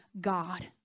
God